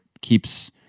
keeps –